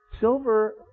Silver